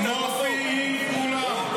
היא הייתה בחוק,